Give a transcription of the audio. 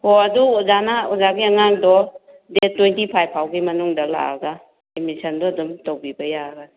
ꯍꯣ ꯑꯗꯨ ꯑꯣꯖꯥꯅ ꯑꯣꯖꯥꯒꯤ ꯑꯉꯥꯡꯗꯣ ꯗꯦꯠ ꯇ꯭ꯋꯦꯟꯇꯤ ꯐꯥꯏꯚ ꯐꯥꯎꯒꯤ ꯃꯅꯨꯡꯗ ꯂꯥꯛꯑꯒ ꯑꯦꯗꯃꯤꯁꯟꯗꯣ ꯑꯗꯨꯝ ꯇꯧꯕꯤꯕ ꯌꯥꯒꯅꯤ